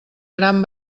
gran